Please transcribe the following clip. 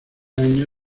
año